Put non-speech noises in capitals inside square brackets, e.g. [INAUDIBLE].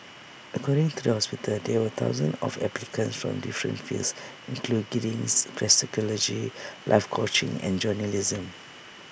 according to the hospital there were thousands of applicants from different fields include [UNINTELLIGIBLE] life coaching and journalism